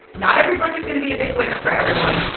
not every book is going to be a big winner for everyone.